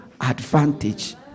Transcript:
advantage